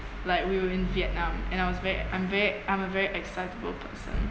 like we were in vietnam and I was very ex~ I'm ver~ I'm a very excitable person